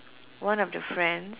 one of the friends